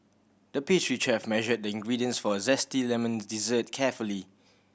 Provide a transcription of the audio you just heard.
the pastry chef measured the ingredients for a zesty lemon dessert carefully